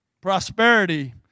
Prosperity